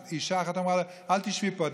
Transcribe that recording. ואישה אחת אמרה לה: אל תשבי פה,